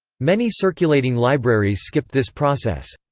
many circulating libraries skipped this process.